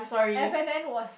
F and N was